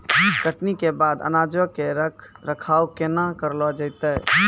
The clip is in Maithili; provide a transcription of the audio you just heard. कटनी के बाद अनाजो के रख रखाव केना करलो जैतै?